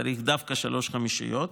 צריך דווקא שלוש חמישיות.